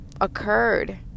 occurred